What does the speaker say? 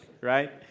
right